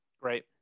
Right